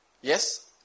Yes